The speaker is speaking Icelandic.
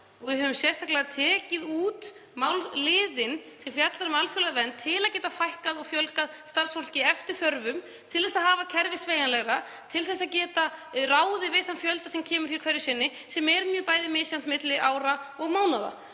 Við höfum sérstaklega tekið út liðinn sem fjallar um alþjóðlega vernd til að geta fækkað og fjölgað starfsfólki eftir þörfum, til að hafa kerfið sveigjanlegra, til að geta ráðið við þann fjölda sem kemur hingað hverju sinni, sem er mjög misjafnt milli ára og mánaða.